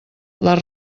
les